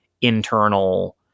internal